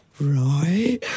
right